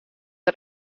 der